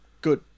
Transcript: Good